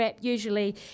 usually